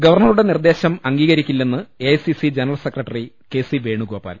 ഗവർണറുടെ നിർദേശം അംഗീകരിക്കില്ലെന്ന് A I C C general secretary K C Venugopal